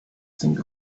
think